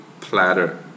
platter